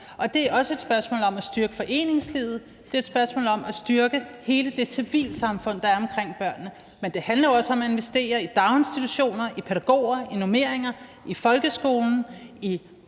det er også et spørgsmål om at styrke foreningslivet, det er et spørgsmål om at styrke hele det civilsamfund, der er omkring børnene. Men det handler også om at investere i daginstitutioner, i pædagoger, i normeringer, i folkeskolen,